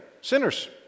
sinners